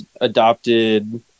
adopted